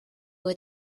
with